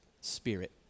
spirit